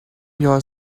your